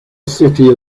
city